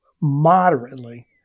moderately